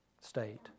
state